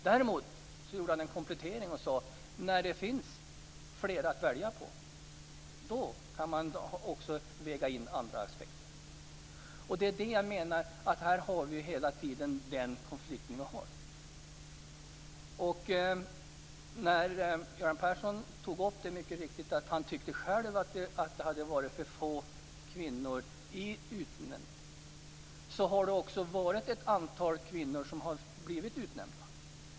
Däremot gjorde Göran Persson en komplettering och sade att när det finns fler att välja på kan även andra aspekter vägas in. Här har vi konflikten. Göran Persson sade själv att för få kvinnor hade utnämnts. Ett antal kvinnor har blivit utnämnda.